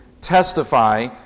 testify